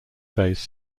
phase